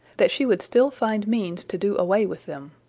that she would still find means to do away with them.